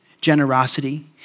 Generosity